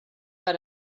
per